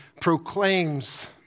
proclaims